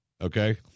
Okay